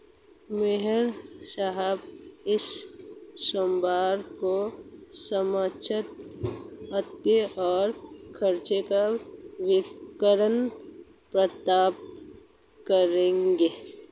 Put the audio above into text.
मेहरा साहब इस सोमवार को समस्त आय और खर्चों का विवरण प्रस्तुत करेंगे